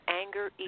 anger